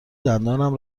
دندانم